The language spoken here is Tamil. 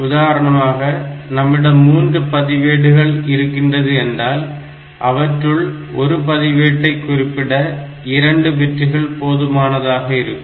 உதாரணமாக நம்மிடம் 3 பதிவேடுகள் இருக்கிறது என்றால் அவற்றுள் ஒரு பதிவேட்டை குறிப்பிட 2 பிட்டுகள் போதுமானதாக இருக்கும்